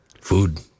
Food